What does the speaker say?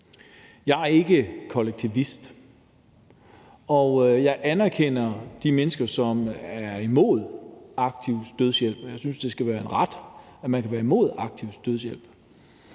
Jeg er ikke kollektivist, og jeg anerkender de mennesker, som er imod aktiv dødshjælp, og jeg synes, at det skal være en ret, at man kan være imod aktiv dødshjælp;